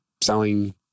selling